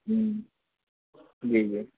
ہوں جی جی